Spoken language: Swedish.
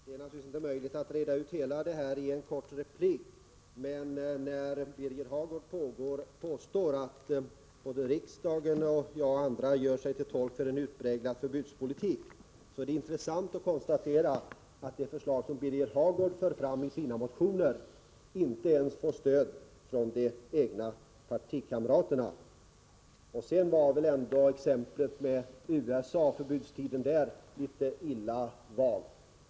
Herr talman! Det är naturligtvis omöjligt att reda ut det hela i en kort replik. Birger Hagård påstår att både riksdag, jag och många andra gör sig till tolk för en utpräglad förbudspolitik. Då är det intressant att konstatera att de förslag som Birger Hagård för fram i sina motioner inte ens får stöd från de egna partikamraterna. Sedan var exemplet med förbudstiden i USA litet illa valt.